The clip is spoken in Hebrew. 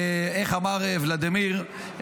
איך אמר ולדימיר,